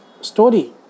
story